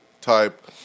type –